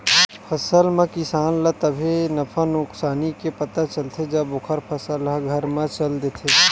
फसल म किसान ल तभे नफा नुकसानी के पता चलथे जब ओखर फसल ह घर म चल देथे